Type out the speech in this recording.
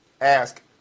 ask